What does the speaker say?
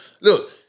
Look